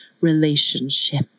relationship